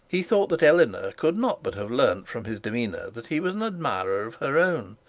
he thought that eleanor could not but have learnt from his demeanour that he was an admirer of her own,